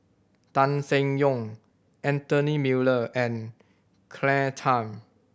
Tan Seng Yong Anthony Miller and Claire Tham